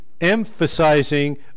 emphasizing